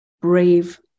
brave